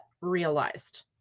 realized